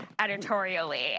editorially